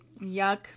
Yuck